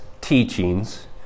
teachings